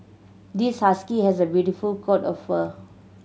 this husky has a beautiful coat of fur